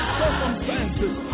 circumstances